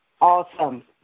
Awesome